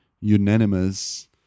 unanimous